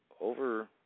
over